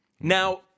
now